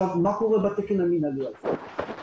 מה קורה בתקן המינהלי הזה?